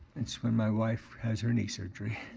it's when my wife has her knee surgery.